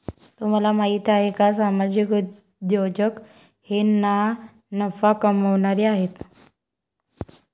तुम्हाला माहिती आहे का सामाजिक उद्योजक हे ना नफा कमावणारे आहेत